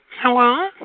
Hello